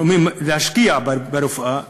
אנחנו אומרים: להשקיע ברפואה,